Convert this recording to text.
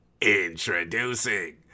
Introducing